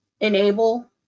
enable